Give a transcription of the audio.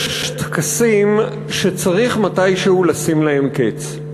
יש טקסים שצריך מתישהו לשים להם קץ.